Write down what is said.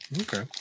Okay